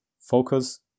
Focus